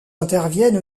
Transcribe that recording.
interviennent